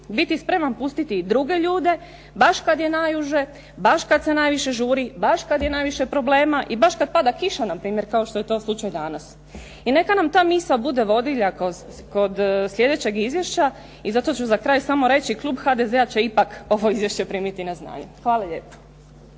biti spreman pustiti i druge ljude baš kad je najuže, baš kad se najviše žuri, baš kad je najviše problema i baš kad pada kiša npr. kao što je to slučaj danas. I neka nam ta misa bude vodilja kod slijedećeg izvješća. I zato ću za kraj samo reći klub HDZ-a će ipak ovo izvješće primiti na znanje. Hvala lijepo.